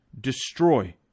destroy